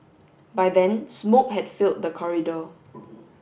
by then smoke had filled the corridor